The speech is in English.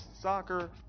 soccer